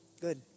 Good